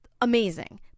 amazing